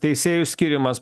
teisėjų skyrimas